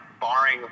barring